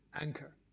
anchor